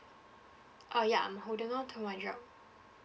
uh ya I'm holding on to my job